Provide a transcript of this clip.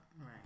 right